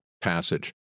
passage